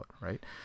right